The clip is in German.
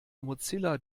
mozilla